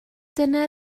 dyna